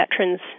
veterans